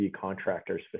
contractors